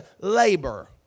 labor